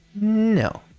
no